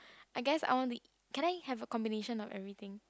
I guess I want to can I have a combination of everything